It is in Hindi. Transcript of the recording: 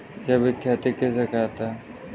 जैविक खेती किसे कहते हैं?